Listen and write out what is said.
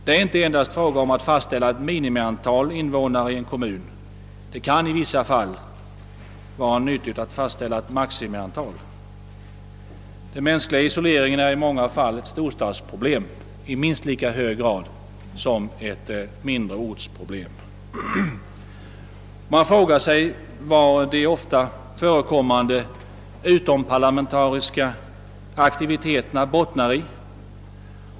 Det är inte endast fråga om att fast ställa ett minimiantal invånare i en kommun. Det kan i vissa fall vara nyttigt att fastställa ett maximiantal. Den mänskliga isoleringen är i många fall ett problem i storstaden i minst lika hög grad som den är det på den mindre orten. Man frågar sig vad de ofta förekommande utomparlamentariska aktiviteterna bottnar i.